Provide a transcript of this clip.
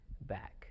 back